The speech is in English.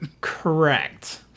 Correct